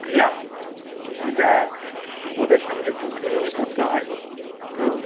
ক্রিয়া যেটা বিপদের সঙ্গে ঝুঁকি নিয়ে করতে হয় তো